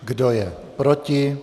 Kdo je proti?